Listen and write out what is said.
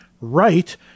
right